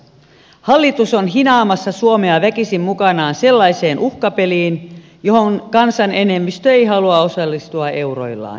hallitus on hinaamassa suomea väkisin mukanaan sellaiseen uhkapeliin johon kansan enemmistö ei halua osallistua euroillaan